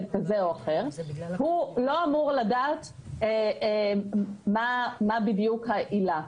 כזה או אחר הוא לא אמור לדעת מה בדיוק העילה.